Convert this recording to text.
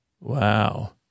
Wow